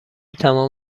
تمام